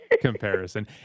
comparison